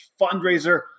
Fundraiser